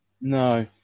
No